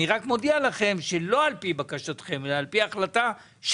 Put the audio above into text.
אני רק מודיע לכם שלא על פי בקשתכם אלא על פי החלטה שלי,